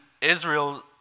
Israel